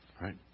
Right